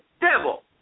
devil